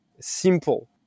simple